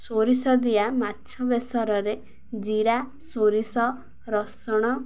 ସୋରିଷ ଦିଆ ମାଛ ବେସରରେ ଜିରା ସୋରିଷ ରସୁଣ